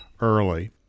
early